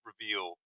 reveal